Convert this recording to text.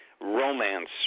romance